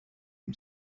ihm